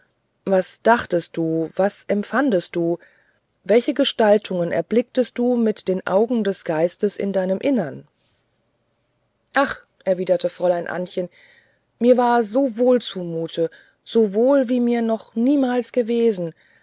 was dachtest was empfandest du welche gestaltungen erblicktest du mit den augen des geistes in deinem innern ach erwiderte fräulein ännchen mir war so wohl zumute so wohl wie mir noch niemals gewesen